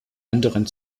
anderen